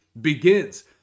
begins